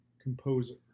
composer